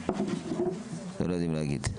אתם לא יודעים להגיד.